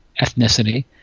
ethnicity